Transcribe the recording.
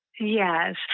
Yes